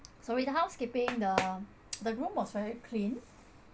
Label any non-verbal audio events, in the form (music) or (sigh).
sorry the housekeeping the (noise) the room was very clean